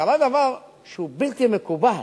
קרה דבר שהוא בלתי מקובל.